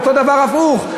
ואותו דבר הפוך,